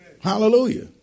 Hallelujah